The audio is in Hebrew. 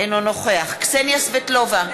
אינו נוכח קסניה סבטלובה,